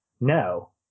No